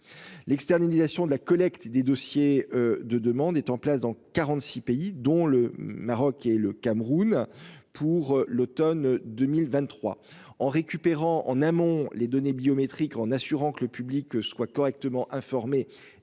l'externalisation de la collecte des dossiers de demande est en place dans 46 pays, dont le Maroc et le Cameroun pour l'Automne 2023 en récupérant en amont les données biométriques en assurant que le public soit correctement informé